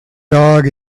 dog